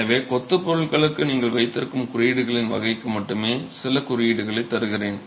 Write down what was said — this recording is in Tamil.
எனவே கொத்து பொருட்களுக்கு நீங்கள் வைத்திருக்கும் குறியீடுகளின் வகைக்கு மட்டுமே சில குறியீடுகளை தருகிறேன்